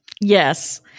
yes